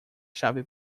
chave